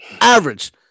Average